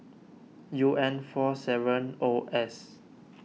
U N four seven O S